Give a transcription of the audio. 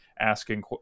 asking